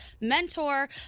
mentor